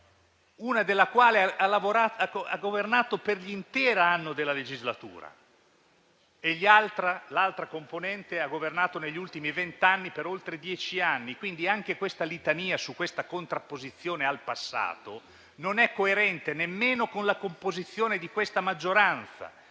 una componente ha governato per un intero anno della legislatura e l'altra componente ha governato, negli ultimi vent'anni, per oltre dieci anni. Quindi anche questa litania sulla contrapposizione al passato non è coerente nemmeno con la composizione di questa maggioranza,